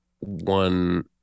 one